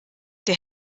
der